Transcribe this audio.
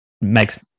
makes